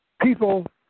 People